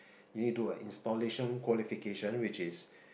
you need to do a installation qualification which is